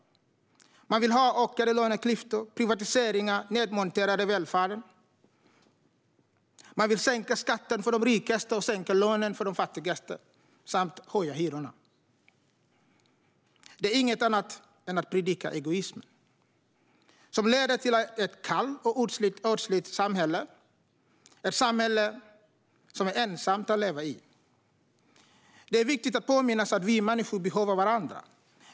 Man vill ha ökade löneklyftor, privatiseringar och nedmonterad välfärd. Man vill sänka skatten för de rikaste och sänka lönen för de fattigaste samt höja hyrorna. Det är inget annat än att predika egoism, vilket leder till ett kallt och ödsligt samhälle, ett samhälle som det är ensamt att leva i. Det är viktigt att påminnas om att vi människor behöver varandra.